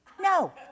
no